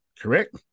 correct